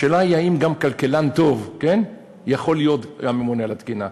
השאלה היא האם גם כלכלן טוב יכול להיות הממונה על התקינה.